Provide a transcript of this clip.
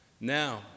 Now